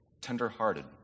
tender-hearted